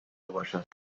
باشد